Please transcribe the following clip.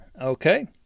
Okay